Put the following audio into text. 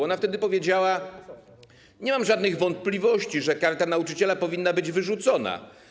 Ona wtedy powiedziała: nie mam żadnych wątpliwości, że Karta Nauczyciela powinna być wyrzucona.